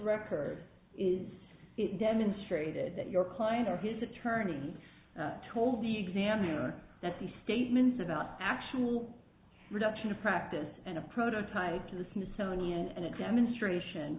record is it demonstrated that your client or his attorneys told the examiner that the statements about actual production of practice and a prototype to the smithsonian and a demonstration